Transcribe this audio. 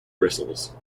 bristles